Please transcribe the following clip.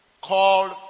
called